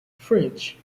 frisch